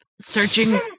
Searching